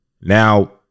now